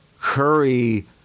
Curry